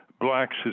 blacks